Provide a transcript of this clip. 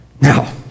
Now